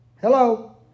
Hello